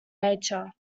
nature